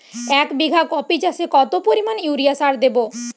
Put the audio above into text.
এক বিঘা কপি চাষে কত পরিমাণ ইউরিয়া সার দেবো?